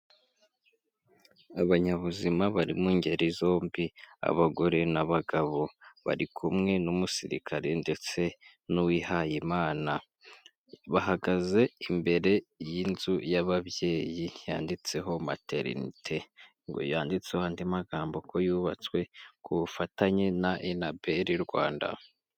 Abanyabuzima bari mu ngeri zombi abagore n'abagabo, bari kumwe n'umusirikare ndetse n'uwihayimana, bahagaze imbere y'inzu y'ababyeyi yanditseho materinete, ngo yanditse andi magambo ko yubatswe ku bufatanye na inabei Rwanda.